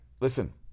listen